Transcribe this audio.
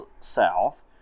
south